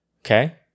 Okay